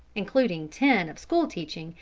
including ten of school-teaching,